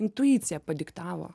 intuicija padiktavo